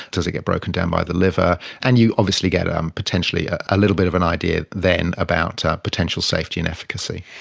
does it get broken down by the liver and you obviously get um potentially ah a little bit of an idea then about ah potential safety and efficacy.